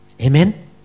Amen